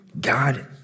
God